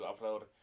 upload